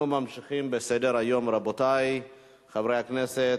אנחנו ממשיכים בסדר-היום, רבותי חברי הכנסת.